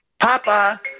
Papa